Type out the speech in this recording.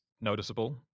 noticeable